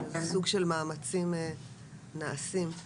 אילו מאמצים נעשים?